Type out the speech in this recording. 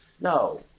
No